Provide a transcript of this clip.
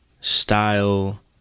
style